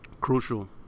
crucial